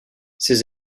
ces